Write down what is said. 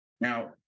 Now